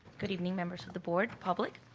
good evening members of the board, public.